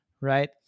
right